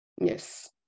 Yes